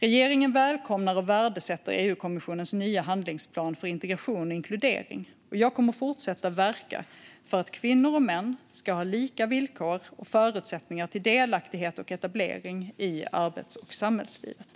Regeringen välkomnar och värdesätter EU-kommissionens nya handlingsplan för integration och inkludering, och jag kommer att fortsätta att verka för att kvinnor och män ska ha lika villkor och förutsättningar till delaktighet och etablering i arbets och samhällslivet.